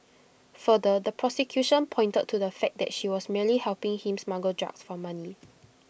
further the prosecution pointed to the fact that she was merely helping him smuggle drugs for money